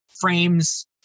frames